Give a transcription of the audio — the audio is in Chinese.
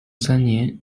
三年